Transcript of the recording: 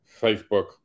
Facebook